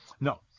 No